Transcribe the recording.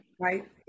right